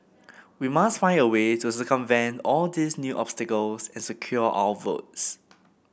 we must find a way to circumvent all these new obstacles and secure our votes